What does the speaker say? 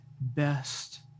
best